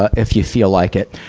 if you feel like it.